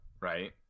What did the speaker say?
right